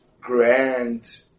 Grand